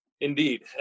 Indeed